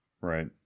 Right